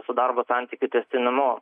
su darbo santykių tęstinumu